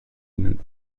ihnen